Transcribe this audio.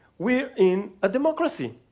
we're in a democracy.